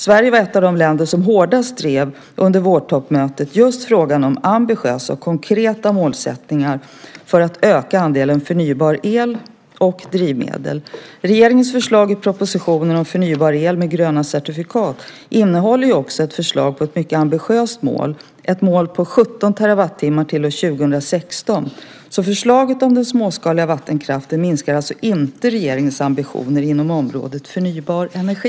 Sverige var ett av de länder som under vårtoppmötet hårdast drev frågan om ambitiösa och konkreta målsättningar för att öka andelen förnybar el och drivmedel. Regeringens förslag i propositionen om förnybar el med gröna certifikat innehåller också ett förslag på ett mycket ambitiöst mål, ett mål på 17 terawattimmar till år 2016. Förslaget om den småskaliga vattenkraften minskar alltså inte regeringens ambitioner inom området förnybar energi.